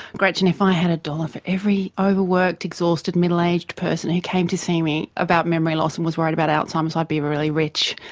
gretchen, if i had a dollar for every overworked, exhausted middle-aged person who came to see me about memory loss and was worried about alzheimer's, i'd be really rich.